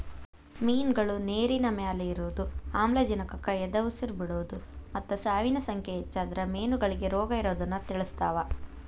ಮಿನ್ಗಳು ನೇರಿನಮ್ಯಾಲೆ ಇರೋದು, ಆಮ್ಲಜನಕಕ್ಕ ಎದಉಸಿರ್ ಬಿಡೋದು ಮತ್ತ ಸಾವಿನ ಸಂಖ್ಯೆ ಹೆಚ್ಚಾದ್ರ ಮೇನಗಳಿಗೆ ರೋಗಇರೋದನ್ನ ತಿಳಸ್ತಾವ